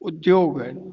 उद्योग आहिनि